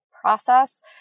process